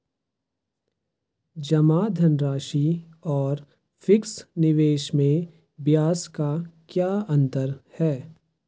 जमा धनराशि और फिक्स निवेश में ब्याज का क्या अंतर है?